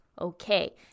Okay